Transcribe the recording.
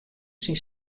syn